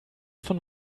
von